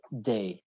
day